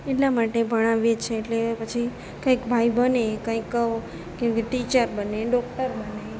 એટલા માટે ભણાવીએ છીએ કે પછી કંઈક ભાઈ બને કે કંઈક કેમ કે ટીચર બને ડૉક્ટર બને